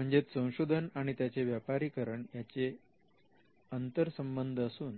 म्हणजेच संशोधन आणि त्याचे व्यापारीकरण यांचे आंतरसंबंध असून